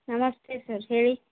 ನಮಸ್ತೇ sir ಹೇಳಿ